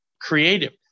creative